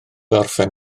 orffen